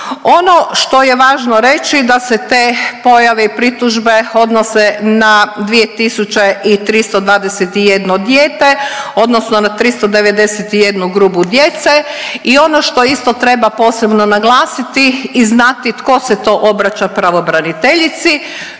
Ono što je važno reći da se te pojave i pritužbe odnose na 2321 dijete odnosno na 391 grupu djece i ono što isto treba posebno naglasiti i znati tko se to obraća pravobraniteljici,